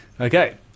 Okay